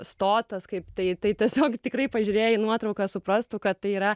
stotas kaip tai tai tiesiog tikrai pažiūrėję į nuotrauką suprastų kad tai yra